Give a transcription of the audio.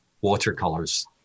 watercolors